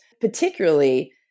Particularly